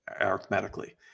arithmetically